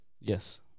Yes